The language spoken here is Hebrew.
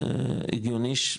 טוב,